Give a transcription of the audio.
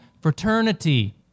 fraternity